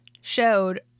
showed